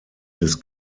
des